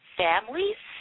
families